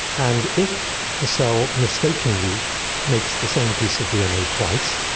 and if the cell mistakenly makes the same piece of dna twice,